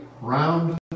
round